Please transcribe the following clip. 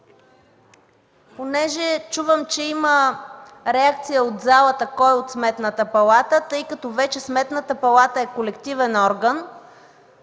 Понеже чувам, че има реакция от залата – „Кой от Сметната палата?”, тъй като вече Сметната палата е колективен орган,